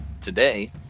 today